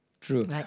True